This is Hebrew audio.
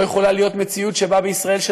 לא יכולה להיות מציאות שבה בישראל של